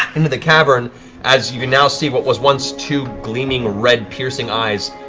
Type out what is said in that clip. into the cavern as you can now see what was once two gleaming red, piercing eyes,